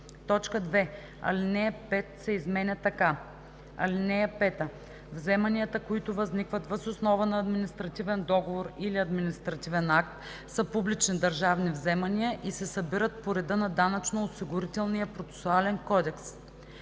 „250“. 2. Алинея 5 се изменя така: „(5) Вземанията, които възникват въз основа на административен договор или административен акт, са публични държавни вземания и се събират по реда на Данъчно-осигурителния процесуален кодекс.“